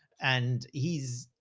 and he's,